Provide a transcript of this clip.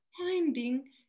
finding